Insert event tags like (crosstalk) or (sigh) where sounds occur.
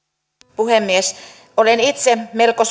puhemies olen itse melko (unintelligible)